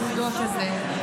עלם החמודות הזה.